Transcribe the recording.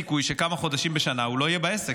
יש סיכוי שכמה חודשים בשנה הוא לא יהיה בעסק.